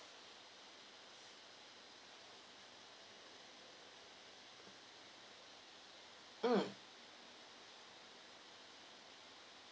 mm